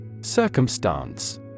Circumstance